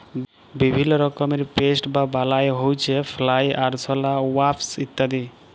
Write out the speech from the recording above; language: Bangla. বিভিল্য রকমের পেস্ট বা বালাই হউচ্ছে ফ্লাই, আরশলা, ওয়াস্প ইত্যাদি